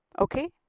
okay